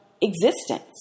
existence